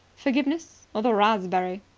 forgiveness? or the raspberry?